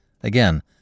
Again